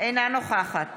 אינה נוכחת